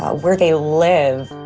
ah where they live